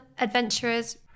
adventurers